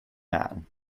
man